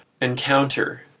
encounter